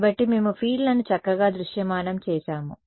కాబట్టి మేము ఫీల్డ్లను చక్కగా దృశ్యమానం చేస్తాము